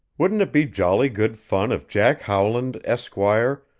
wouldn't it be jolly good fun if jack howland, esquire,